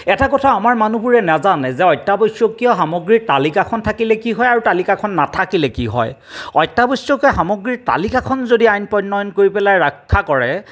এটা কথা আমাৰ মানুহবোৰে নাজানে যে অত্যাৱশ্যকীয় সামগ্ৰীৰ তালিকাখন থাকিলে কি হয় আৰু তালিকাখন নাথাকিলে কি হয় অত্যাৱশ্যকীয় সামগ্ৰীৰ তালিকাখন যদি আইন প্ৰণয়ন কৰি পেলাই ৰক্ষা কৰে